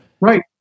Right